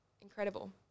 incredible